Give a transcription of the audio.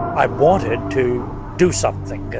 i wanted to do something,